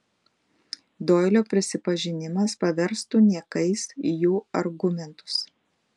doilio prisipažinimas paverstų niekais jų argumentus